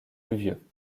pluvieux